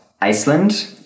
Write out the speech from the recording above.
Iceland